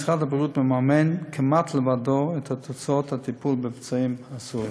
משרד הבריאות מממן כמעט לבדו את הוצאות הטיפול בפצועים הסורים.